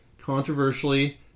controversially